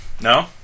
No